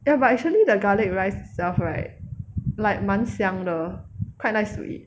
ya but actually the garlic rice itself right like 蛮像的 quite nice to eat